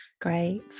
Great